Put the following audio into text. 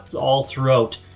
all throughout,